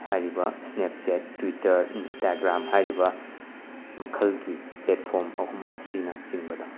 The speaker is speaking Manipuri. ꯍꯥꯏꯔꯤꯕ ꯁ꯭ꯅꯦꯞꯆꯦꯠ ꯇ꯭ꯋꯤꯇꯔ ꯏꯟꯁꯇꯥꯒ꯭ꯔꯥꯝ ꯍꯥꯏꯔꯤꯕ ꯃꯈꯜꯒꯤ ꯄ꯭ꯂꯦꯠꯐ꯭ꯣꯔꯝ ꯑꯍꯨꯝ ꯑꯁꯤꯅꯆꯤꯡꯕꯗ